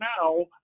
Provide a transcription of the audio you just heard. now